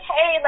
Hey